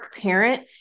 parent